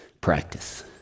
Practice